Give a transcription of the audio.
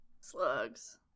Slugs